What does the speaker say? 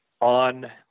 on